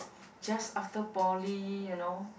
just after poly you know